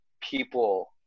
people